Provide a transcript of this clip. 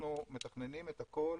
אנחנו מתכננים את הכול